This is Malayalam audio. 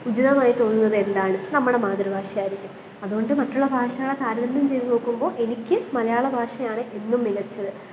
ഉചിതമായി തോന്നുന്നത് എന്താണ് നമ്മുടെ മാതൃഭാഷ ആയിരിക്കും അതുകൊണ്ട് മറ്റുള്ള ഭാഷകളെ താരതമ്യം ചെയ്തുനോക്കുമ്പോള് എനിക്ക് മലയാള ഭാഷയാണ് എന്നും മികച്ചത്